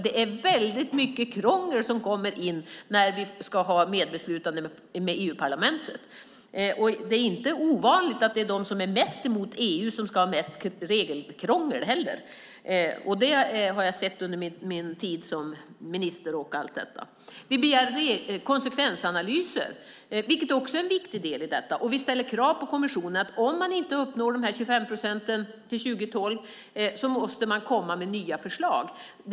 Det är väldigt mycket krångel när vi ska ha medbeslutande med EU-parlamen-tet. Det är inte ovanligt att det är de som är mest emot EU som vill ha mest regelkrångel. Det har jag sett under min tid som minister. Vi begär konsekvensanalyser. Det är också viktigt. Vi ställer krav på kommissionen att man om man inte uppnår 25 procent till 2012 måste komma med nya förslag.